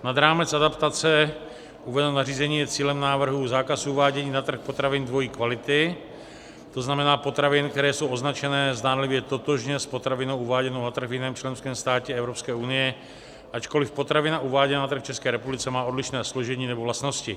Nad rámec adaptace uvedeného nařízení je cílem návrhu zákaz uvádění na trh potravin dvojí kvality, to znamená potravin, které jsou označené zdánlivě totožně s potravinou uváděnou na trh v jiném členském státě Evropské unie, ačkoliv potravina uváděná na trh v České republice má odlišné složení nebo vlastnosti.